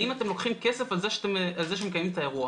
האם אתם לוקחים כסף על זה שמקיימים את האירוע.